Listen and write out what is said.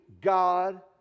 god